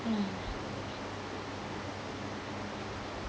mm